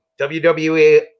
wwe